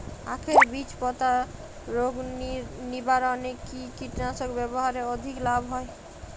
আঁখের বীজ পচা রোগ নিবারণে কি কীটনাশক ব্যবহারে অধিক লাভ হয়?